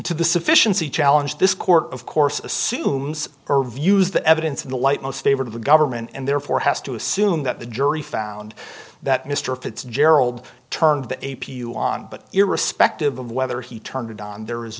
to the sufficiency challenge this court of course assumes or views the evidence in the light most favored of the government and therefore has to assume that the jury found that mr fitzgerald turned the a p you on but irrespective of whether he turned it on there is